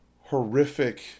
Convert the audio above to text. horrific